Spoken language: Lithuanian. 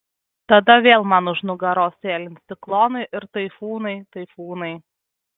tada vėl man už nugaros sėlins ciklonai ir taifūnai taifūnai